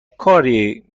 کاری